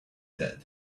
dead